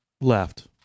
Left